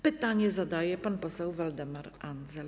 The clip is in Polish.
Pytanie zadaje pan poseł Waldemar Andzel.